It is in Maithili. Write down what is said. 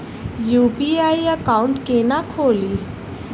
यु.पी.आई एकाउंट केना खोलि?